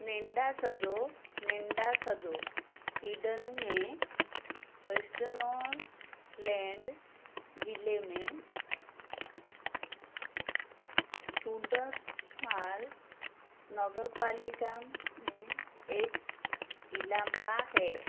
नेडांसजो Nedansjo Sweden में Vasternorrland ज़िले में सुंडस्वाल नगरपालिका में एक इलाक़ा है